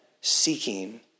seeking